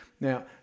Now